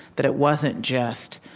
that it wasn't just